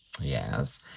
Yes